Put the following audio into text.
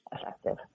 effective